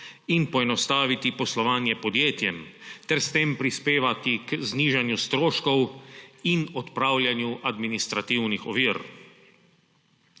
in poenostaviti poslovanje podjetjem ter s tem prispevati k znižanju stroškov in odpravljanju administrativnih ovir.